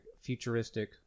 futuristic